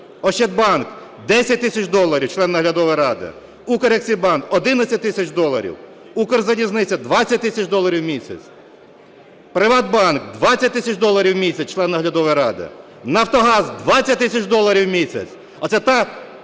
"Ощадбанк" - 10 тисяч доларів, член наглядової ради; "Укрексімбанк" - 11 тисяч доларів; "Укрзалізниця" - 20 тисяч доларів в місяць, "Приватбанк" – 20 тисяч доларів в місяць, член наглядової ради; "Нафтогаз" – 20 тисяч доларів в місяць. Оце та